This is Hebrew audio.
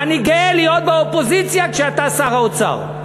ואני גאה להיות באופוזיציה כשאתה שר האוצר.